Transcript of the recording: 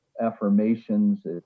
affirmations